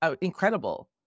incredible